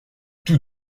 tout